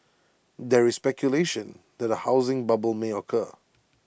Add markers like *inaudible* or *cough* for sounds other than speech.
there is speculation that A housing bubble may occur *noise*